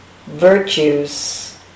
Virtues